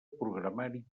programari